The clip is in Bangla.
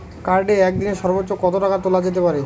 কার্ডে একদিনে সর্বোচ্চ কত টাকা তোলা যেতে পারে?